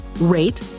rate